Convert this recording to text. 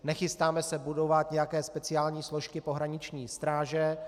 Nechystáme se budovat nějaké speciální složky pohraniční stráže.